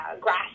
grass